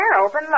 open